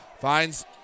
finds